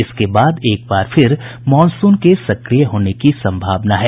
इसके बाद एक बार फिर मॉनसून के सक्रिय होने की सम्भावना है